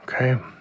Okay